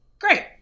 Great